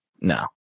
No